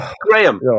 Graham